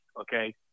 okay